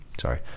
Sorry